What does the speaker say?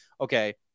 okay